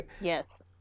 yes